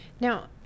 Now